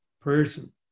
person